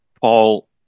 Paul